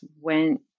went